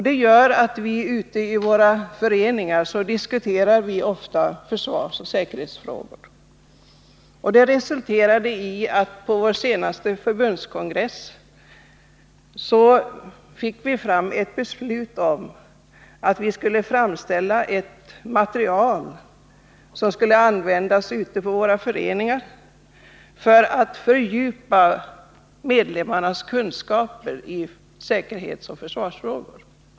Det gör att vi ofta diskuterar försvarsoch säkerhetsfrågor ute i våra föreningar. Det har resulterat i att vi på vår senaste förbundskongress fattade beslut om att framställa ett material som skulle användas ute i våra föreningar för att fördjupa medlemmarnas kunskaper i säkerhetsoch försvarsfrågor.